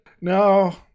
No